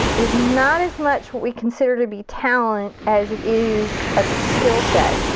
is not as much what we consider to be talent as it is a skill set.